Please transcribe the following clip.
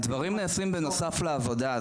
הדברים נעשים בנוסף לעבודה.